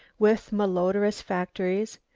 with malodorous factories,